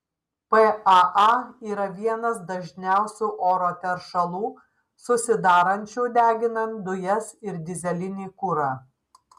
paa yra vienas dažniausių oro teršalų susidarančių deginant dujas ir dyzelinį kurą